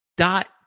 Dot